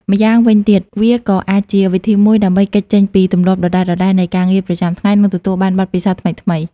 ម្យ៉ាងវិញទៀត វាក៏អាចជាវិធីមួយដើម្បីគេចចេញពីទម្លាប់ដដែលៗនៃការងារប្រចាំថ្ងៃ និងទទួលបានបទពិសោធន៍ថ្មីៗ។